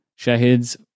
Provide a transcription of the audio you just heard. Shahid's